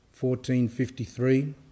1453